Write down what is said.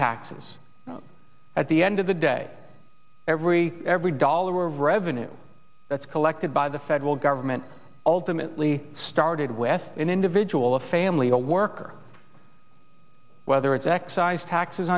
taxes at the end of the day every every dollar of revenue that's collected by the federal government ultimately started with an individual a family a worker whether it's excise tax